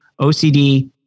OCD